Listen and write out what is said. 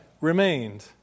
remained